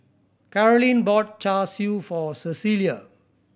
Carolyne bought Char Siu for Cecilia